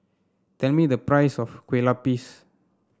tell me the price of Kueh Lupis